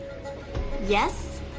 Yes